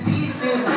Pieces